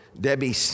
Debbie